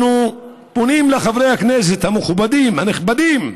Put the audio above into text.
אנחנו פונים לחברי הכנסת המכובדים, הנכבדים,